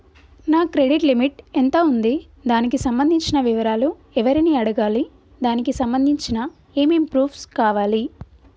నా credit limit ఎంత ఉంది? దానికి సంబంధించిన వివరాలు ఎవరిని అడగాలి? దానికి సంబంధించిన ఏమేం ప్రూఫ్స్ కావాలి?